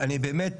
אני באמת